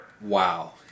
Wow